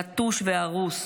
נטוש והרוס,